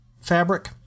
fabric